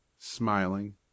smiling